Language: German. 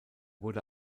wurde